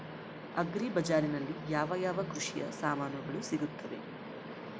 Agri ಬಜಾರಿನಲ್ಲಿ ಯಾವ ಯಾವ ಕೃಷಿಯ ಸಾಮಾನುಗಳು ಸಿಗುತ್ತವೆ?